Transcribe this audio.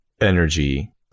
energy